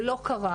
זה לא קרה.